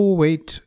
wait